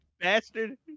Bastard